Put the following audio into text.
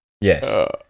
Yes